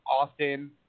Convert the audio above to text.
often